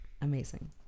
amazing